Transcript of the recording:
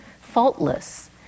faultless